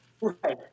Right